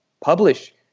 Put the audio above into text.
publish